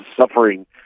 suffering